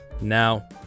Now